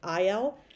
IL